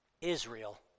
Israel